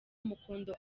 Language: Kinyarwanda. mukondo